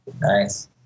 Nice